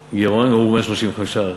גירעון, הם אמרו, 135 מיליארד.